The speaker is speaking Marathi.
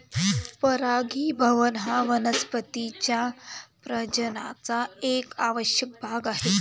परागीभवन हा वनस्पतीं च्या प्रजननाचा एक आवश्यक भाग आहे